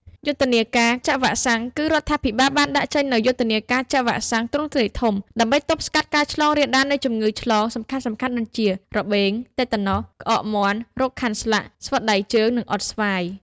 យុទ្ធនាការចាក់វ៉ាក់សាំង គឺរដ្ឋាភិបាលបានដាក់ចេញនូវយុទ្ធនាការចាក់វ៉ាក់សាំងទ្រង់ទ្រាយធំ ដើម្បីទប់ស្កាត់ការឆ្លងរាលដាលនៃជំងឺឆ្លងសំខាន់ៗដូចជា របេង តេតាណុស ក្អកមាន់ រោគខាន់ស្លាក់ ស្វិតដៃជើង និង អ៊ុតស្វាយ។